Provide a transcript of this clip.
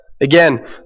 Again